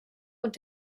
und